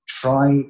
try